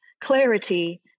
clarity